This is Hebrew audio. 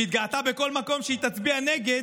שהתגאתה בכל מקום שהיא תצביע נגד,